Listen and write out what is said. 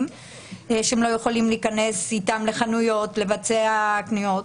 בעיקר עם הילדים הקטנים שלא יכולים להיכנס אתם לחנויות ולערוך קניות.